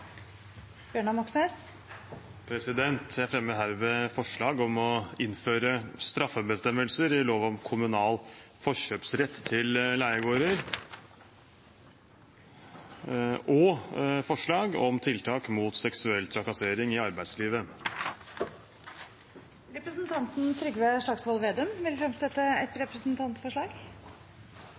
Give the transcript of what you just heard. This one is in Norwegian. Bjørnar Moxnes vil fremsette to representantforslag. Jeg fremmer herved forslag om å innføre straffebestemmelser i lov om kommunal forkjøpsrett til leiegårder. Jeg fremmer også forslag om tiltak mot seksuell trakassering i arbeidslivet. Representanten Trygve Slagsvold Vedum vil fremsette et representantforslag.